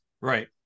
Right